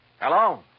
Hello